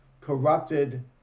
corrupted